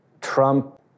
Trump